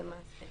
ל-(4).